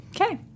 Okay